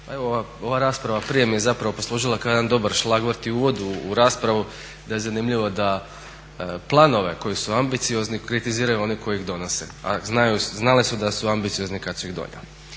ova rasprava prije mi je poslužila kao jedan dobar šlagvort i uvod u raspravu da je zanimljivo da planove koji su ambiciozni kritiziraju oni koji ih donose, a znali su da su ambiciozni kada su ih donijeli.